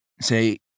say